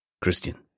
Christian